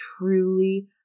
truly